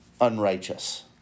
unrighteous